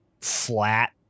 flat